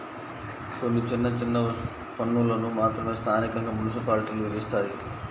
కొన్ని చిన్న చిన్న పన్నులను మాత్రమే స్థానికంగా మున్సిపాలిటీలు విధిస్తాయి